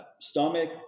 stomach